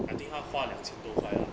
I think 他花了两千多块 ah